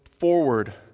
Forward